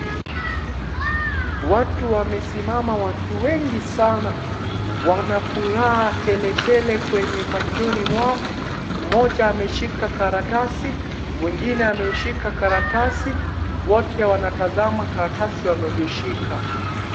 Watu wamesimama watu wengi sana, wana furaha teletele kwenye machoni mwao. Mmoja ameshika karatasi, mwingine ameushika karatasi, wote wanatazama karatasi wanavyoshika.